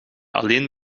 alleen